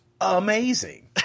amazing